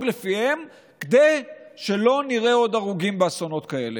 לפיהן כדי שלא נראה עוד הרוגים באסונות כאלה.